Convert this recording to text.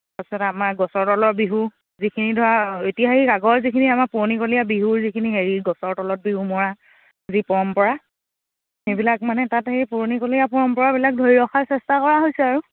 তাৰ পিছত আমাৰ গছৰ তলৰ বিহু যিখিনি ধৰা ঐতিহাসিক আগৰ যিখিনি আমাৰ পুৰণিকলীয়া বিহুৰ যিখিনি হেৰি গছৰ তলত বিহু মৰা যি পৰম্পৰা সেইবিলাক মানে তাত সেই পুৰণিকলীয়া পৰম্পৰাবিলাক ধৰি ৰখাৰ চেষ্টা কৰা হৈছে আৰু